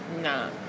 Nah